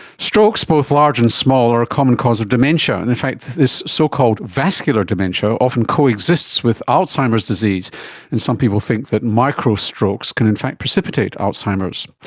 strokes, both large and small are a common cause of dementia, and in fact this so-called vascular dementia often coexists with alzheimer's disease and some people think that micro strokes can in fact precipitate alzheimer's.